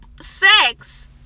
sex